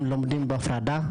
הילדים לומדים בהפרדה,